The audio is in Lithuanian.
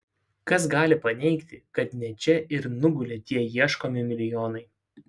kas gali paneigti kad ne čia ir nugulė tie ieškomi milijonai